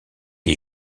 est